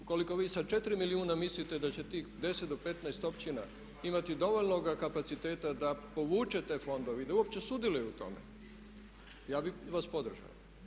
Ukoliko vi sa 4 milijuna mislite da će tih 10 do 15 općina imati dovoljnoga kapaciteta da povuče te fondove i da uopće sudjeluje u tome, ja bih vas podržao.